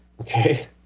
okay